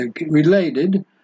related